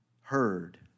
heard